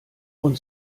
und